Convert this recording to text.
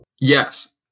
Yes